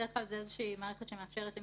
יצטרכו בעצמם לעקוב אחרי כל השינויים של ההכרזות.